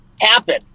happen